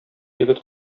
егет